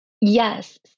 Yes